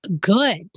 good